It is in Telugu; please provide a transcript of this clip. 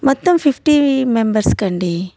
మొత్తం ఫిఫ్టీ మెంబర్స్కి అండి